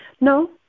No